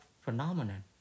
phenomenon